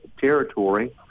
territory